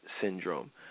syndrome